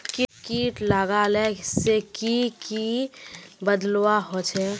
किट लगाले से की की बदलाव होचए?